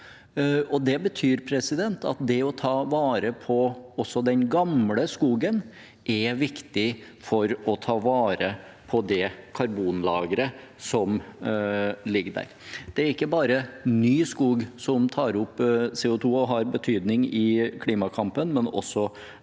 Det betyr at det å ta vare på også den gamle skogen er viktig for å ta vare på det karbonlageret som ligger der. Det er ikke bare ny skog som tar opp CO2 og har betydning i klimakampen, også